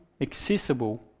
accessible